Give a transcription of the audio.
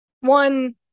one